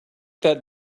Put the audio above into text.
that